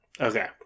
Okay